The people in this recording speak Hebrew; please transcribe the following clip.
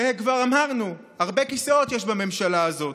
וכבר אמרנו, הרבה כיסאות יש בממשלה הזאת,